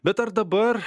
bet ar dabar